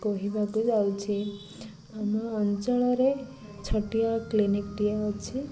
କହିବାକୁ ଯାଉଛି ଆମ ଅଞ୍ଚଳରେ ଛୋଟିଆ କ୍ଲିନିକ୍ଟିଏ ଅଛି